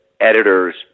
editors